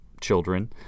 children